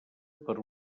per